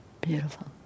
Beautiful